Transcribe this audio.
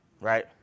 right